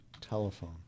telephone